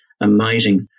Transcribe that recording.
amazing